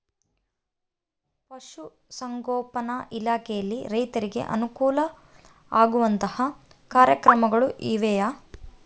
ಪಶುಸಂಗೋಪನಾ ಇಲಾಖೆಯಲ್ಲಿ ರೈತರಿಗೆ ಅನುಕೂಲ ಆಗುವಂತಹ ಕಾರ್ಯಕ್ರಮಗಳು ಇವೆಯಾ?